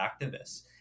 activists